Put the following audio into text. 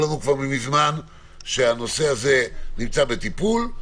לנו כבר מזמן שהנושא הזה נמצא בטיפול,